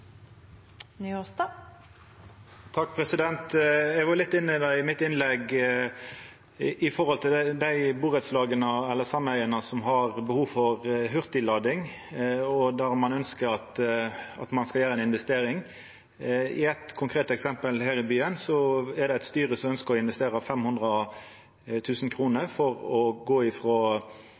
Eg var litt inne på det i innlegget mitt – burettslag eller sameige som har behov for hurtiglading, og der ein ønskjer å gjera ei investering. Eg har eit konkret eksempel frå denne byen: Det er eit styre som ønskjer å investera 500 000 kr for å gå